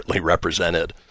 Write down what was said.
represented